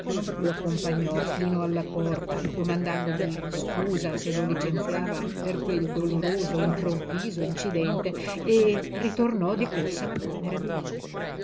lo accompagnò fino alla porta domandandogli scusa se lo licenziava per quel doloroso improvviso incidente e ritornò di corsa alla camera di lei